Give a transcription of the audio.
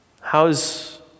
How's